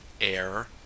air